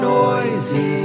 noisy